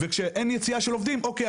וכשאין יציאה של עובדים נגיד: "אוקיי,